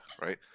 right